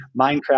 Minecraft